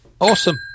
Awesome